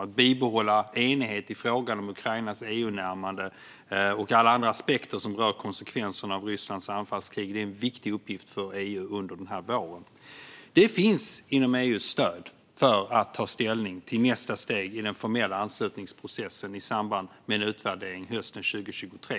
Att bibehålla enighet i frågan om Ukrainas EU-närmande och alla andra aspekter som rör konsekvenserna av Rysslands anfallskrig är en viktig uppgift för EU under våren. Det finns inom EU stöd för att ta ställning till nästa steg i den formella anslutningsprocessen i samband med en utvärdering hösten 2023.